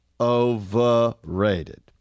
overrated